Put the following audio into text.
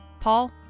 Paul